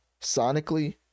sonically